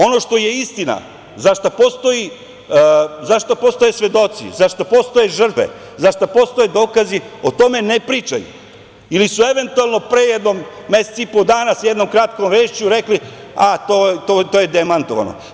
Ono što je istina, za šta postoje svedoci, za šta postoje žrtve, za šta postoje dokazi, o tome ne pričaju ili su eventualno pre jedno mesec i po dana sa jednom kratkom vešću rekli – a, to je demantovano.